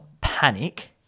panic